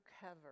cover